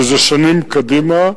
שזה שנים קדימה,